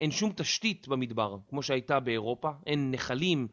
אין שום תשתית במדבר כמו שהייתה באירופה, אין נחלים.